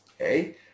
okay